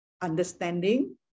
understanding